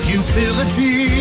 utility